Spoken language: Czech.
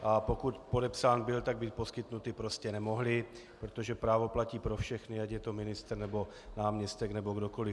A pokud podepsán byl, tak být poskytnuty prostě nemohly, protože právo platí pro všechny, ať je to ministr, nebo náměstek, nebo kdokoliv.